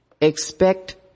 expect